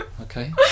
okay